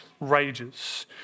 rages